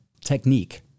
technique